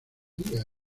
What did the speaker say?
maría